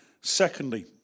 Secondly